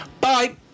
Bye